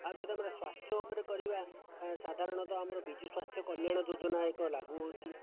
ଆଉ ଯଦି ଆମର ସ୍ୱାସ୍ଥ୍ୟ ଉପରେ କରିବା ସାଧାରଣତଃ ଆମର ବିଜୁ ସ୍ୱାସ୍ଥ୍ୟ କଲ୍ୟାଣ ଯୋଜନା ଏକ ଲାଗୁ ହେଉଛି